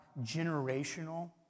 generational